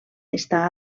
està